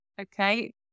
okay